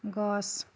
গছ